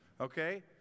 okay